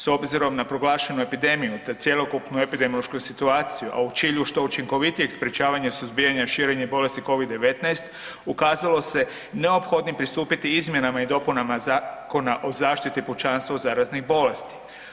S obzirom na proglašenu epidemiju te cjelokupnu epidemiološku situacija a u cilju što učinkovitijeg sprječavanja suzbijanja širenja bolesti COVID-19, ukazalo se neophodnim pristupiti izmjenama i dopuna Zakona o zaštiti pučanstva od zaraznih bolesti.